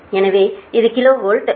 எனவே இது kilo volt 76